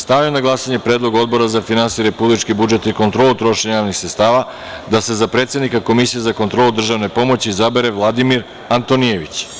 Stavljam na glasanje Predlog Odbora za finansije, republički budžet i kontrolu trošenja javnih sredstava da se za predsednika Komisije za kontrolu državne pomoći izabere Vladimir Antonijević.